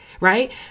right